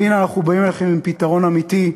והנה, אנחנו באים אליכם עם פתרון אמיתי,